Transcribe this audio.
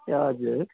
ए हजुर